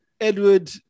Edward